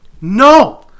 No